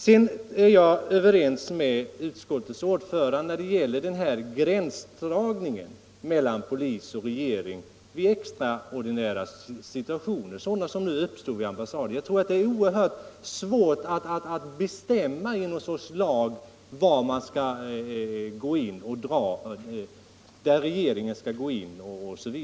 Jag är överens med utskottets ordförande när det gäller gränsdragningen mellan polis och regering i extraordinära situationer, sådana som uppstod vid ambassaden. Jag tror att det är oerhört svårt att i någon lag bestämma var regeringen skall gå in.